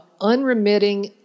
unremitting